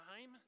time